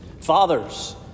Fathers